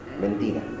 mentira